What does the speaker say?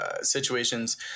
situations